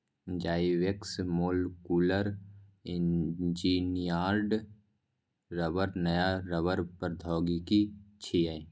Zyvex molecularly engineered रबड़ नया रबड़ प्रौद्योगिकी छियै